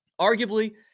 Arguably